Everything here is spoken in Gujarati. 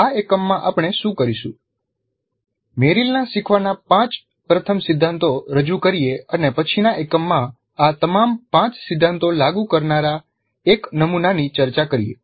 આ એકમમાં આપણે શું કરીશું મેરિલના શીખવાના પાંચ પ્રથમ સિદ્ધાંતો રજૂ કરીએ અને પછીના એકમમાં આ તમામ પાંચ સિદ્ધાંતો લાગુ કરનારા એક નમુનાની ચર્ચા કરીએ